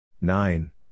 Nine